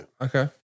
Okay